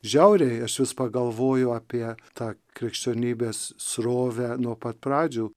žiauriai aš vis pagalvoju apie tą krikščionybės srovę nuo pat pradžių